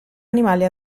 animali